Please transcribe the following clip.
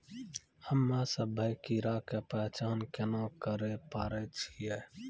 हम्मे सभ्भे कीड़ा के पहचान केना करे पाड़ै छियै?